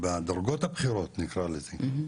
בדרגות הבכירות נקרא לזה,